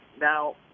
Now